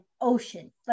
ocean